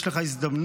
יש לך הזדמנות